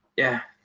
yeah